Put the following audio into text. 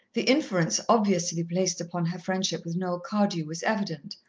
the inference obviously placed upon her friendship with noel cardew was evident,